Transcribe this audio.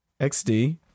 XD